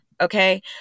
Okay